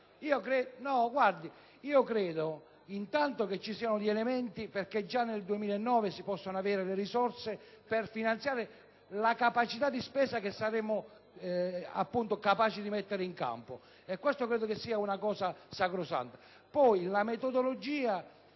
Ritengo che ci siano gli elementi perché già nel 2009 si possano avere le risorse per finanziare la capacità di spesa che saremo capaci di mettere in campo e credo che questa sia una cosa sacrosanta. La metodologia